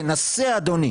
תנסה, אדוני.